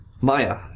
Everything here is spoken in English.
Maya